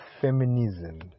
feminism